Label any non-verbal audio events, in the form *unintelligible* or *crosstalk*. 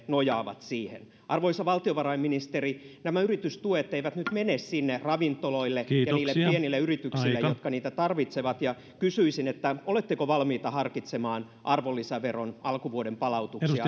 nojaavat siihen arvoisa valtiovarainministeri nämä yritystuet eivät nyt mene sinne ravintoloille ja niille pienille yrityksille jotka niitä tarvitsevat kysyisin oletteko valmiita harkitsemaan arvonlisäveron alkuvuoden palautuksia *unintelligible*